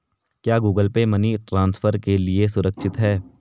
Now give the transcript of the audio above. क्या Google Pay money transfer के लिए सुरक्षित है?